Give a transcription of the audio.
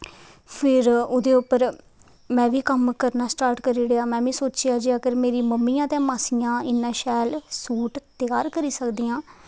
फिर ओह्दे उप्पर में बी कम्म करना स्टार्ट करी ओड़ेआ में सोचेआ कि जे अगर मेरी मम्मिया ते मासियां इन्ना शैल सूट त्यार करी सकदियां